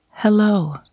Hello